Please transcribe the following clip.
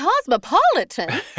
cosmopolitan